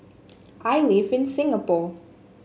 I live in Singapore